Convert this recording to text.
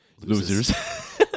losers